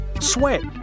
Sweat